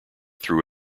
threw